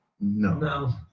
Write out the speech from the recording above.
No